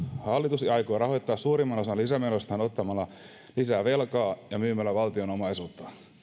hallitus aikoo rahoittaa suurimman osan lisämenoistaan ottamalla lisää velkaa ja myymällä valtion omaisuutta